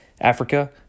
Africa